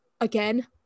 again